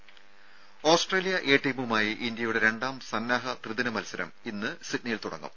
രും Australia A ടീമുമായി ഇന്ത്യയുടെ രണ്ടാം സന്നാഹ ത്രിദിന മത്സരം ഇന്ന് സിഡ്നിയിൽ തുടങ്ങും